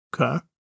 Okay